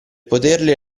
poterle